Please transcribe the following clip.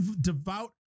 devout